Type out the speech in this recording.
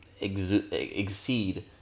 exceed